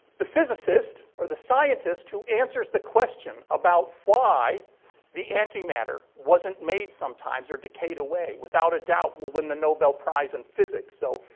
the physicists, or the scientists, who answers the question about why the anti-matter wasn't made sometimes or decayed away, without a doubt, will win the nobel prize in physics. so.